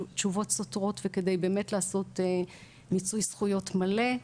תשובות סותרות וכדי באמת לעשות מיצוי זכויות מלא.